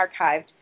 archived